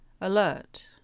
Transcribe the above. Alert